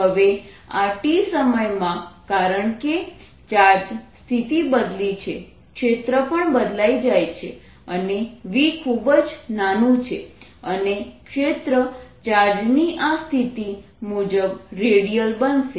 હવે આ t સમયમાં કારણકે ચાર્જે સ્થિતિ બદલી છે ક્ષેત્ર પણ બદલાઈ જાય છે અને v ખૂબ જ નાનું છે અને ક્ષેત્ર ચાર્જની આ સ્થિતિ મુજબ રેડિયલ બનશે